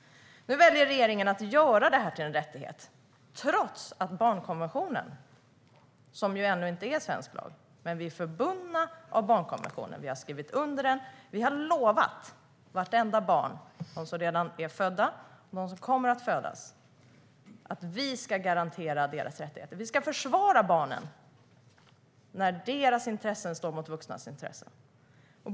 Nu väljer regeringen att göra detta till en rättighet, trots barnkonventionen. Den är ännu inte svensk lag, men vi är bundna av den. Vi har skrivit under den, och vi har lovat vartenda barn - de som redan är födda och de som kommer att födas - att vi ska garantera deras rättigheter. Vi ska försvara barnen när deras intressen står mot vuxnas.